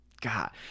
God